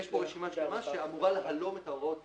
יש רשימה שלימה שאמורה להלום את הוראות